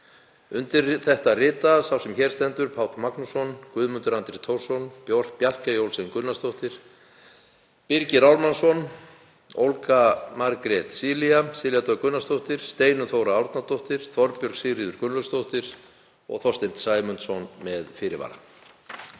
Undir þetta rita sá sem hér stendur, Páll Magnússon, Guðmundur Andri Thorsson, Bjarkey Olsen Gunnarsdóttir, Birgir Ármannsson, Olga Margrét Cilia, Silja Dögg Gunnarsdóttir, Steinunn Þóra Árnadóttir, Þorbjörg Sigríður Gunnlaugsdóttir og Þorsteinn Sæmundsson með fyrirvara.